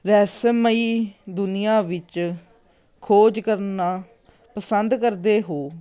ਰਹੱਸਮਈ ਦੁਨੀਆ ਵਿੱਚ ਖੋਜ ਕਰਨਾ ਪਸੰਦ ਕਰਦੇ ਹੋ